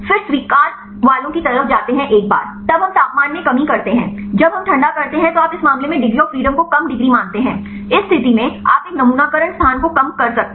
फिर स्वीकार वालो की तरफ जाते हैं एक बार तब हम तापमान में कमी करते हैं जब हम ठंडा करते हैं तो आप इस मामले में डिग्री ऑफ़ फ्रीडम को कम डिग्री मानते हैं इस स्तिथि मै आप एक नमूनाकरण स्थान को कम कर सकते हैं